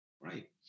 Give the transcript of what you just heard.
right